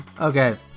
Okay